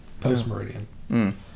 post-Meridian